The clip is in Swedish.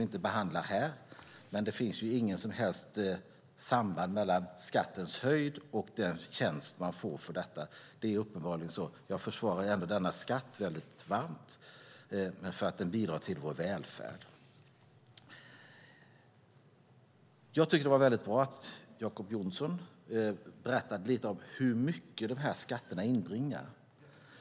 Den behandlar vi inte här, men det finns inget som helst samband mellan skattens höjd och den tjänst man får för detta. Det är uppenbarligen så. Jag försvarar ändå denna skatt varmt eftersom den bidrar till vår välfärd. Jag tycker att det var väldigt bra att Jacob Johnson berättade lite om hur mycket dessa skatter inbringar.